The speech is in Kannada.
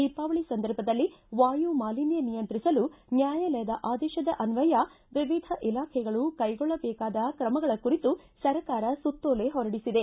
ದೀಪಾವಳಿ ಸಂದರ್ಭದಲ್ಲಿ ವಾಯು ಮಾಲಿನ್ನ ನಿಯಂತ್ರಿಸಲು ನ್ವಾಯಾಲಯದ ಆದೇತದ ಅನ್ವಯ ವಿವಿಧ ಇಲಾಖೆಗಳು ಕೈಗೊಳ್ಳಬೇಕಾದ ತ್ರಮಗಳ ಕುರಿತು ಸರ್ಕಾರ ಸುತ್ತೋಲೆ ಹೊರಡಿಸಿದೆ